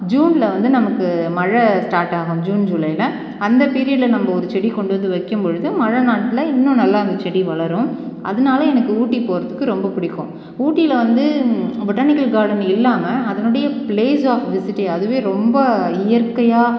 ஜூனில் வந்து நமக்கு மழை ஸ்டார்ட் ஆகும் ஜூன் ஜூலையில அந்த பீரியடில் நம்ப ஒரு செடி கொண்டு வந்து வைக்கம்பொழுது மழை நாளில் இன்னும் நல்லா அந்த செடி வளரும் அதனால எனக்கு ஊட்டி போகறதுக்கு ரொம்ப பிடிக்கும் ஊட்டியில வந்து பொட்டானிக்கல் கார்டன் இல்லாமல் அதனுடைய ப்ளேஸ் ஆஃப் விசிட்டி அதுவே ரொம்ப இயற்கையாக